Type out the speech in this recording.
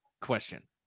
question